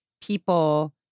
people